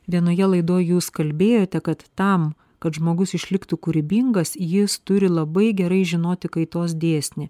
vienoje laidoj jūs kalbėjote kad tam kad žmogus išliktų kūrybingas jis turi labai gerai žinoti kaitos dėsnį